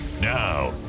Now